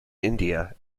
india